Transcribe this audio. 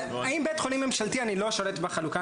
האם בית חולים ממשלתי אני לא שולט בחלוקה